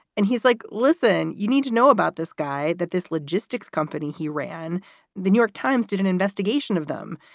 and he's like, listen, you need to know about this guy that this logistics company. he ran the new york times, did an investigation of them.